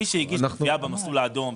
מי שהגיש פגיעה במסלול האדום,